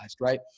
right